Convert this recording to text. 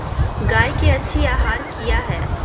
गाय के अच्छी आहार किया है?